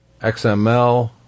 XML